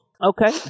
Okay